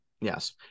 Yes